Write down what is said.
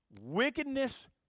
wickedness